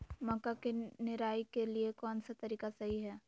मक्का के निराई के लिए कौन सा तरीका सही है?